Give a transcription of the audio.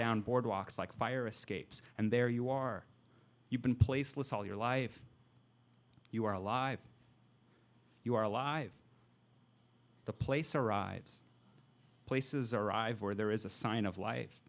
down boardwalks like fire escapes and there you are you've been placed with all your life you are alive you are alive the place arrives places arrive where there is a sign of life